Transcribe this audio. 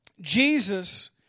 Jesus